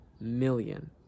million